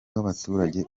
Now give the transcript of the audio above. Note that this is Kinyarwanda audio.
w’abaturage